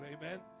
amen